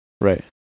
right